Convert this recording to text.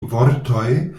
vortoj